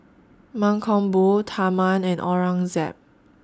Mankombu Tharman and Aurangzeb